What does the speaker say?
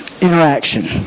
interaction